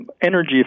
energy